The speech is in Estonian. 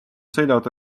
sõiduauto